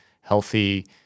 healthy